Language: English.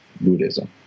Buddhism